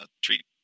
treat